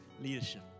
leadership